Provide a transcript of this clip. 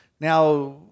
Now